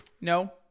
No